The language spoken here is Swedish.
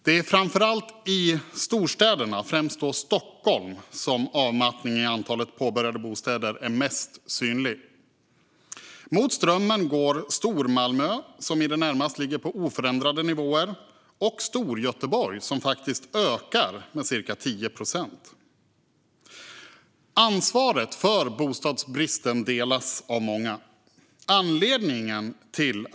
Det är framför allt i storstäderna, främst då Stockholm, som avmattningen i antalet påbörjade bostäder är mest synlig. Mot strömmen går Stormalmö som i det närmaste ligger på oförändrade nivåer och Storgöteborg som faktiskt ökar med ca 10 procent. Ansvaret för bostadsbristen delas av många.